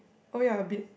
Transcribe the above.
oh ya a bit